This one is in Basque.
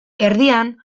erdian